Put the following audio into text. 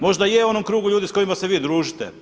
Možda je u onom krugu ljudi s kojima se vi družite.